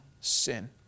sin